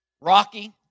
Rocky